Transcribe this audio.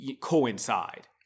coincide